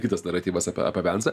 kitas naratyvas apie apie vensą